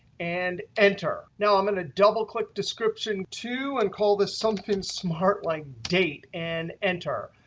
and enter. now, i'm going to double click description two, and call this something smart like date, and enter.